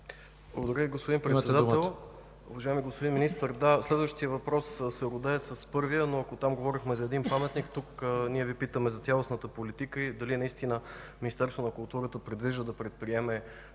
Благодаря Ви, господин Председател. Уважаеми господин Министър, да, следващият въпрос се родее с първия, но ако там говорехме за един паметник, тук Ви питаме за цялостната политика: дали Министерството на културата предвижда да предприеме